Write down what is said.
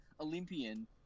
Olympian